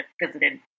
visited